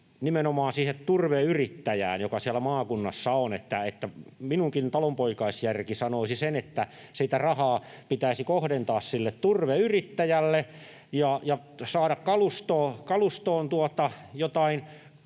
nimenomaan siihen turveyrittäjään, joka siellä maakunnassa on. Minunkin talonpoikaisjärkeni sanoisi sen, että sitä rahaa pitäisi kohdentaa sille turveyrittäjälle ja saada kalustoon jotain,